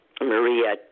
Maria